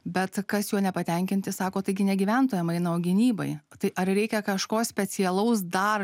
bet kas juo nepatenkinti sako taigi ne gyventojam eina o gynybai tai ar reikia kažko specialaus dar